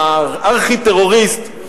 עם הארכי-טרוריסט,